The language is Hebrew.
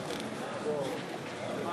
לחוק-יסוד: